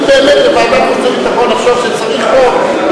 אם באמת בוועדת החוץ והביטחון נחשוב שצריך חוק,